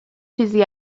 چیزی